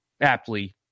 aptly